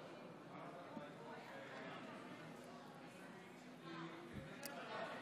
אגרות והוצאות לא עברה.